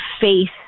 faith